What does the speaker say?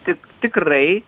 tik tikrai